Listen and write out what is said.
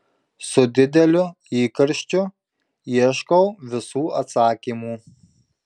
su dideliu įkarščiu ieškau visų atsakymų